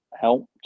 helped